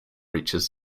reaches